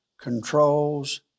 controls